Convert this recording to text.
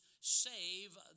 save